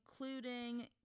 including